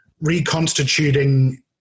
reconstituting